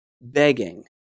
begging